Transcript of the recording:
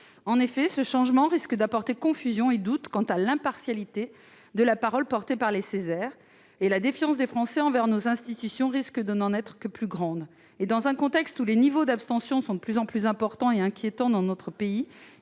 Ce changement risque d'apporter confusion et doutes quant à l'impartialité de la parole des Ceser. La défiance des Français envers nos institutions risque de n'en être que plus grande. Dans un contexte où les niveaux d'abstention sont de plus en plus importants et inquiétants, il est